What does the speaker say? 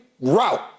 route